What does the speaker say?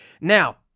Now